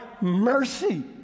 mercy